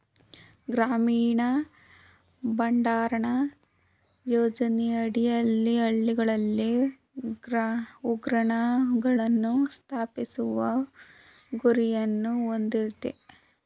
ಗ್ರಾಮೀಣ ಭಂಡಾರಣ ಯೋಜನೆ ಅಡಿಯಲ್ಲಿ ಹಳ್ಳಿಗಳಲ್ಲಿ ಉಗ್ರಾಣಗಳನ್ನು ಸ್ಥಾಪಿಸುವ ಗುರಿಯನ್ನು ಹೊಂದಯ್ತೆ